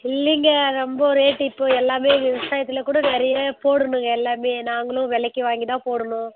இல்லைங்க ரொம்ப ரேட்டு இப்போ எல்லாமே விவசாயத்தில் கூட நிறைய போடணுங்க எல்லாமே நாங்களும் விலைக்கி வாங்கி தான் போடணும்